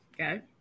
Okay